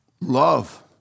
love